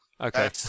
okay